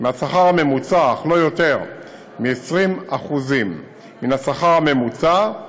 מהשכר הממוצע, אך לא יותר מ-20% מן השכר הממוצע,